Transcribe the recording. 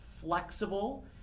flexible